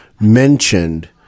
mentioned